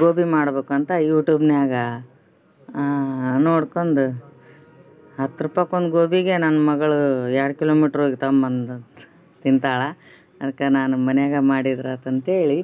ಗೋಬಿ ಮಾಡಬೇಕಂತ ಯುಟ್ಯೂಬ್ನ್ಯಾಗ ನೋಡ್ಕೊಂಡು ಹತ್ತು ರೂಪಾಯ್ಗ್ ಒಂದು ಗೋಬಿಗೆ ನನ್ನ ಮಗಳು ಎರಡು ಕಿಲೋಮೀಟ್ರ್ ಹೋಗಿ ತಂಬಂದು ತಿಂತಾಳೆ ಅದ್ಕೆ ನಾನು ಮನೆಯಾಗ ಮಾಡಿದ್ರಾತು ಅಂತೇಳಿ